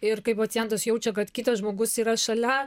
ir kai pacientas jaučia kad kitas žmogus yra šalia